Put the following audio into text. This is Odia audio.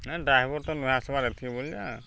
ନାଇଁ ଡ୍ରାଇଭର୍ ତ ନୁହେଁ ଆସ୍ବାର୍ ଏତ୍କି ବେଲ ଯାଏ